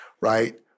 right